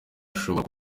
ashobora